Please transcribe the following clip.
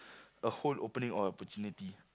a whole opening or opportunity